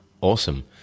awesome